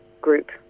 group